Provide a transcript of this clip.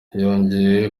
yongeye